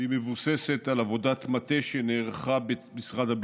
והיא מבוססת על עבודת מטה שנערכה במשרד הביטחון.